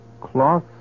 cloth